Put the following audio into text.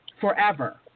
Forever